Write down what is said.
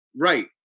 Right